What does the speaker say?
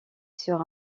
sur